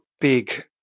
big